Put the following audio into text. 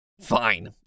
Fine